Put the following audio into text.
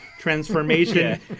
transformation